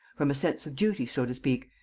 from a sense of duty, so to speak,